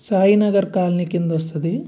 Sainagar colony క్రింద వస్తుంది